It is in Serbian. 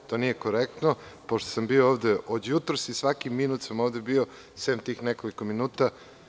To nije korektno, pošto sam bio ovde od jutros i svaki minut sam ovde bio, sem tih nekoliko minuta.